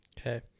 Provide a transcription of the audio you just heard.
Okay